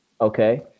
Okay